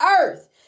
earth